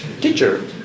teacher